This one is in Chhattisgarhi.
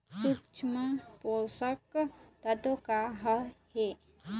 सूक्ष्म पोषक तत्व का हर हे?